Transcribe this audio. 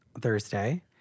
Thursday